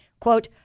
Quote